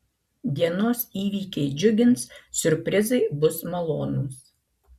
dienos įvykiai džiugins siurprizai bus malonūs